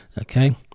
Okay